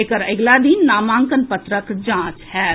एकर अगिला दिन नामांकन पत्रक जांच होएत